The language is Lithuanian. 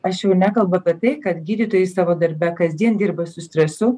aš jau nekalbu apie tai kad gydytojai savo darbe kasdien dirba su stresu